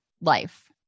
life